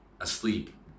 asleep